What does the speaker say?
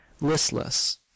listless